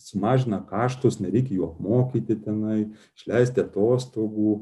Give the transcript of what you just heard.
sumažina kaštus nereik jų mokyti tenai išleisti atostogų